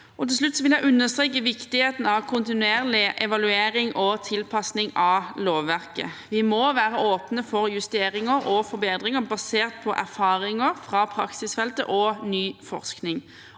Til slutt vil jeg understreke viktigheten av kontinuerlig evaluering og tilpasning av lovverket. Vi må være åpne for justeringer og forbedringer basert på erfaringer fra praksisfeltet og ny forskning.